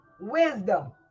Wisdom